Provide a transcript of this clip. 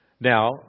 Now